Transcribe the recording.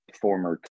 former